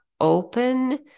open